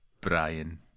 Brian